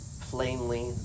plainly